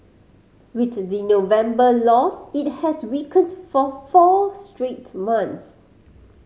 with the November loss it has weakened for four straight months